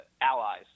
allies